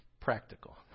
practical